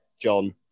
John